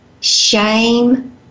shame